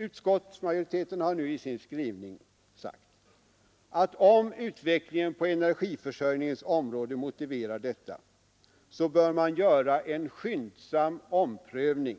Utskottsmajoriteten har i sin skrivning sagt att om utvecklingen på energiförsörjningens område motiverar detta, bör man göra en skyndsam omprövning